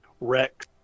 rex